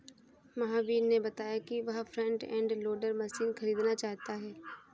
महावीर ने बताया कि वह फ्रंट एंड लोडर मशीन खरीदना चाहता है